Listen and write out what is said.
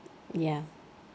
ya